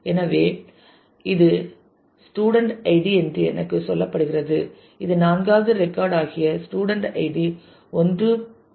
எனவே இது student ID என்று எனக்குச் சொல்லப்படுகிறது இது நான்காவது ரெக்கார்ட் ஆகிய ஸ்டூடண்ட் ஐடி 103 இன் ரிசல்ட் ஆகும்